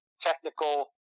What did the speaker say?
technical